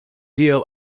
deal